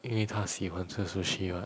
因为她喜欢吃 sushi what